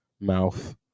mouth